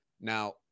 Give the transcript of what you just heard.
Now